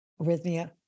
arrhythmia